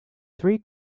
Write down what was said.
three